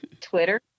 Twitter